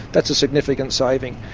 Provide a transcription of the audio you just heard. that's a significant saving.